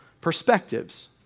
perspectives